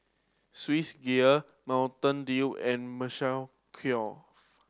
Swissgear Mountain Dew and Kors